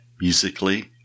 musically